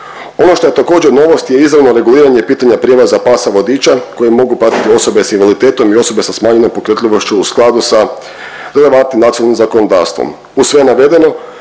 Ono što je također novost je izravno reguliranje pitanja prijevoza pasa vodiča koji mogu pratiti osobe s invaliditetom i osobe sa smanjenom pokretljivošću u skladu sa relevantnim nacionalnim zakonodavstvom.